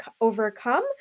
overcome